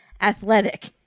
athletic